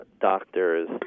doctors